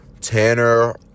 Tanner